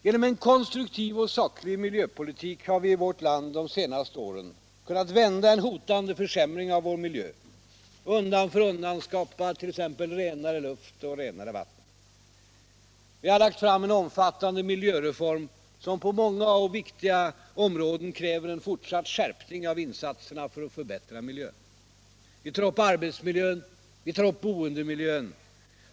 Genom en konstruktiv och saklig miljöpolitik har vi i vårt land de senaste åren lyckats vända en hotande försämring av vår miljö och undan för undan kunnat skapa t.ex. renare luft och renare vatten. Vi har nu lagt fram en omfattande miljömotion, som på många och viktiga områden kräver en fortsatt skärpning av insatserna för att förbättra vår miljö. Vi tar upp arbetsmiljön och boendemiljön.